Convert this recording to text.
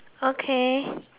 okay